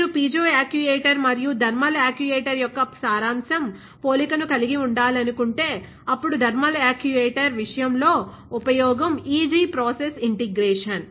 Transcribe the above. మీరు piezo actuator మరియు thermal actuator యొక్క సారాంశం పోలికను కలిగి ఉండాలనుకుంటే అప్పుడు థర్మల్ యాక్యుయేటర్ విషయం లో ఉపయోగం ఈజీ ప్రాసెస్ ఇంటిగ్రేషన్